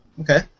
Okay